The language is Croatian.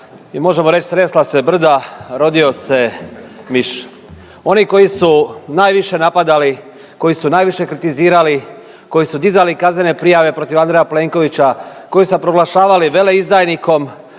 možemo reći tresla se brda, rodio se miš. Oni koji su najviše napadali, koji su najviše kritizirali, koji su dizali kaznene prijave protiv Andreja Plenkovića, koji su ga proglašavali veleizdajnikom,